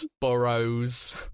burrows